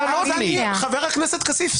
חבר הכנסת כסיף,